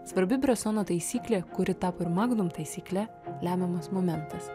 svarbi bresono taisyklė kuri tapo ir magnum taisykle lemiamas momentas